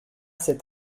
cet